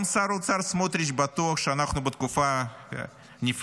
גם השר האוצר סמוטריץ' בטוח שאנחנו בתקופה נפלאה.